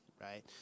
right